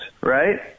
Right